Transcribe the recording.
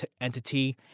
entity